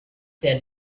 sehr